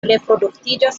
reproduktiĝas